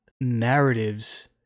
narratives